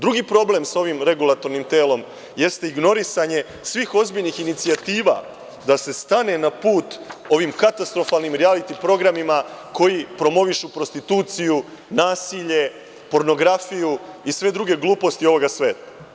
Drugi problem sa ovim regulatornim telom jeste ignorisanje svih ozbiljnih inicijativa da se stane na put ovim katastrofalnim rijaliti programima koji promovišu prostituciju, nasilje, pornografiju i sve druge gluposti ovog sveta.